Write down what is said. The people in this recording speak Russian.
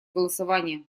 голосования